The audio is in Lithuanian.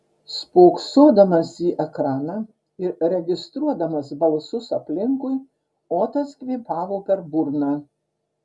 spoksodamas į ekraną ir registruodamas balsus aplinkui otas kvėpavo per burną